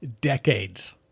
decades